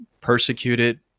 persecuted